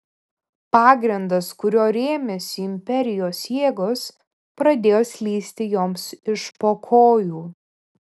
pagrindas kuriuo rėmėsi imperijos jėgos pradėjo slysti joms iš po kojų